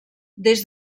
des